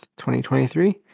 2023